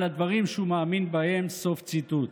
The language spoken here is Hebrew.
על הדברים שהוא מאמין בהם", סוף ציטוט.